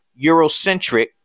Eurocentric